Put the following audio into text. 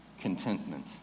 contentment